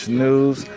news